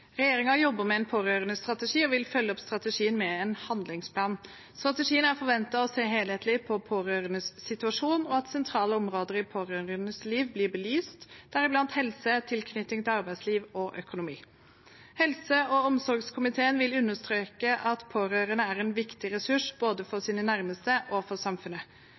jobber med en pårørendestrategi og vil følge opp strategien med en handlingsplan. Strategien er forventet å se helhetlig på pårørendes situasjon og at sentrale områder i pårørendes liv blir belyst, deriblant helse, tilknytning til arbeidslivet og økonomi. Helse- og omsorgskomiteen vil understreke at pårørende er en viktig ressurs, både for sine nærmeste og for samfunnet.